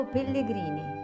Pellegrini